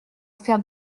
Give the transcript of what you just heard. faire